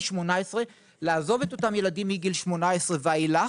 18. לעזוב את אותם ילדים מגיל 18 ואילך,